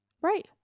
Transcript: right